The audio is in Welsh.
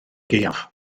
gaeaf